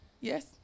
yes